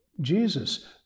Jesus